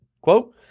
Quote